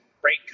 great